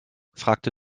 fragte